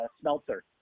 smelter